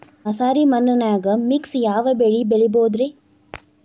ಮಸಾರಿ ಮಣ್ಣನ್ಯಾಗ ಮಿಕ್ಸ್ ಯಾವ ಬೆಳಿ ಬೆಳಿಬೊದ್ರೇ?